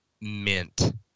mint